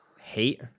hate